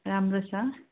राम्रो छ